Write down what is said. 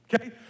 Okay